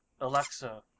Alexa